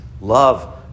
love